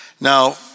Now